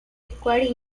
required